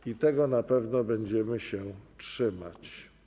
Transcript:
I tego na pewno będziemy się trzymać.